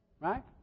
Right